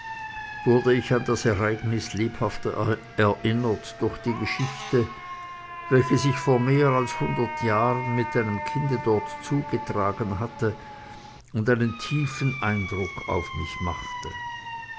wurde ich an das ereignis lebhaft erinnert durch eine geschichte welche sich vor mehr als hundert jahren mit einem kinde dort zugetragen hatte und einen tiefen eindruck auf mich machte